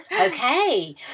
Okay